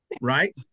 right